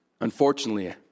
Unfortunately